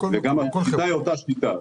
השיטה היא אותה שיטה.